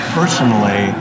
personally